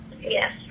Yes